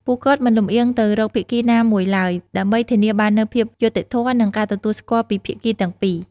ពួកគាត់មិនលំអៀងទៅរកភាគីណាមួយឡើយ ដើម្បីធានាបាននូវភាពយុត្តិធម៌ និងការទទួលស្គាល់ពីភាគីទាំងពីរ។